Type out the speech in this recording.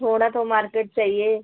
थोड़ा तो मार्केट चाहिए